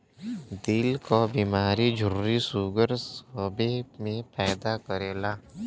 दिल क बीमारी झुर्री सूगर सबे मे फायदा करेला